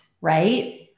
right